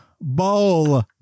bowl